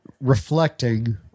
reflecting